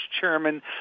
chairman